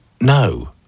No